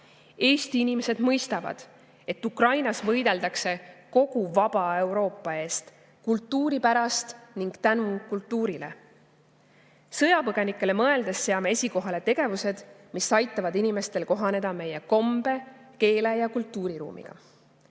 Eesti inimesed mõistavad, et Ukrainas võideldakse kogu vaba Euroopa eest, kultuuri pärast ning tänu kultuurile. Sõjapõgenikele mõeldes seame esikohale tegevused, mis aitavad inimestel kohaneda meie kombe-, keele- ja kultuuriruumiga.